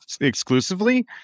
exclusively